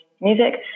music